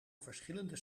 verschillende